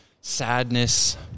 sadness